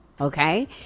Okay